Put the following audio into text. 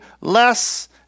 less